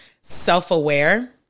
self-aware